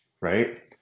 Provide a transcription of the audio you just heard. right